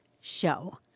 Show